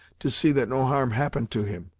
to see that no harm happened to him.